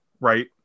right